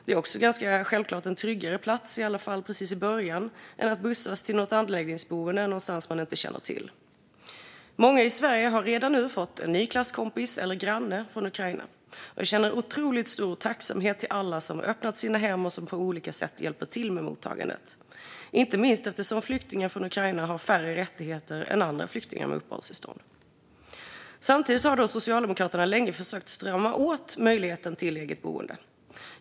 Det är också ganska självklart en tryggare plats, i alla fall precis i början, än att bussas till något anläggningsboende på någon plats man inte känner till. Många i Sverige har redan nu fått en ny klasskompis eller granne från Ukraina. Jag känner otroligt stor tacksamhet mot alla som öppnat sina hem och som på olika sätt hjälper till med mottagandet, inte minst eftersom flyktingar från Ukraina har färre rättigheter än andra flyktingar med uppehållstillstånd. Samtidigt har Socialdemokraterna länge försökt strama åt möjligheten till eget boende.